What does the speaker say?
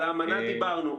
על האמנה דיברנו.